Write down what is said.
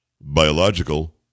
biological